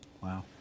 Wow